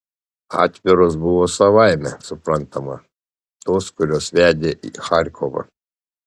atviros buvo savaime suprantama tos kurios vedė į charkovą